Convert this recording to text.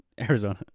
Arizona